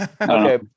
okay